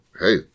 hey